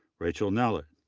rachel nellett,